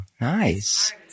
nice